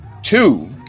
Two